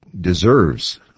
deserves